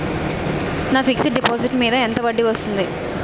నా fixed deposit మీద ఎంత వడ్డీ వస్తుంది?